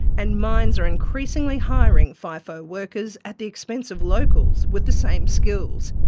and mines are increasingly hiring fifo workers at the expense of locals with the same skills.